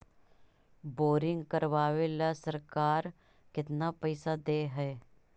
Boring करबाबे ल सरकार केतना पैसा दे है?